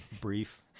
brief